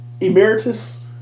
Emeritus